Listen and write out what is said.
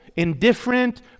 Indifferent